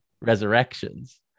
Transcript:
Resurrections